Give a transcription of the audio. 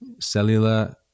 cellular